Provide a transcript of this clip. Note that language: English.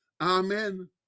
amen